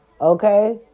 Okay